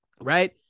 right